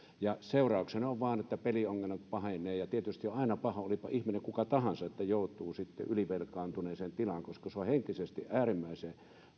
ja seurauksena on vain että peliongelmat pahenevat ja tietysti on aina paha olipa ihminen kuka tahansa että joutuu sitten ylivelkaantuneeseen tilaan koska se on henkisesti äärimmäisen